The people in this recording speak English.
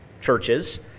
churches